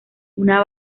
una